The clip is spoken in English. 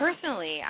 personally